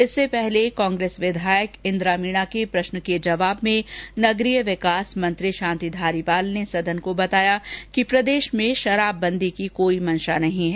इससे पहले कांग्रेस विधायक इंद्रा मीणा के प्रश्न के जवाब में नगरीय विकास मंत्री शांति धारीवाल ने सदन को बताया कि प्रदेश में शराबबंदी की कोई मंशा नहीं है